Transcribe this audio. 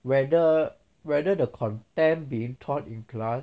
whether whether the content being taught in class